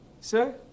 Sir